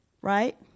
right